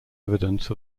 evidence